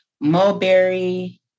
mulberry